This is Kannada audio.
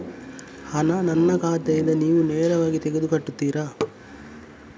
ಹಣ ನನ್ನ ಖಾತೆಯಿಂದ ನೀವು ನೇರವಾಗಿ ತೆಗೆದು ಕಟ್ಟುತ್ತೀರ?